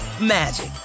magic